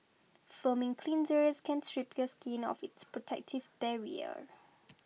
foaming cleansers can strip your skin of its protective barrier